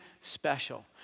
special